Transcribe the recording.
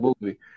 movie